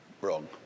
wrong